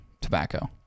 tobacco